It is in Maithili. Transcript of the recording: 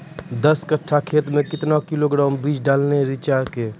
दस कट्ठा खेत मे क्या किलोग्राम बीज डालने रिचा के?